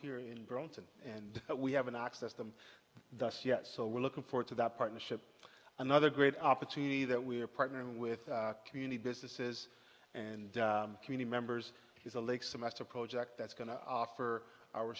here in burlington and we haven't access them thus yet so we're looking forward to that partnership another great opportunity that we're partnering with community businesses and community members is a lake semester project that's going to offer our